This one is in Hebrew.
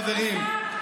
חברים,